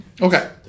Okay